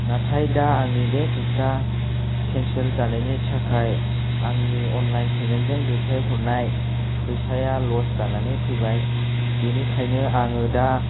नाथाय दा आंनि बे गस्ला केन्सेल जानायनि थाखाय आंनि अनलाइन पेमेन्ट जों दैथायहरनाय फैसाया लस जानानै फैबाय बेनिखायनो आङो दा